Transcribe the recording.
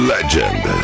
Legend